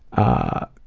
ah,